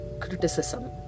criticism